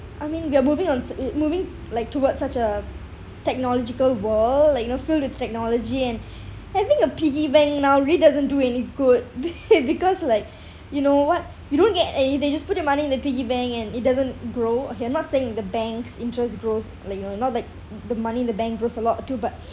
I mean we are moving on s~ moving like towards such a technological world like you know filled with technology and having a piggy bank now really doesn't do any good be~ because like you know what you don't get anything you just put your money in the piggy bank and it doesn't grow okay I'm not saying the bank's interest grows like it were not like the money in the bank grows a lot too but